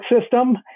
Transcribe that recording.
system